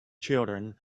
children